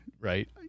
right